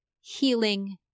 healing